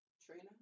Trina